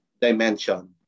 dimension